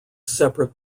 separate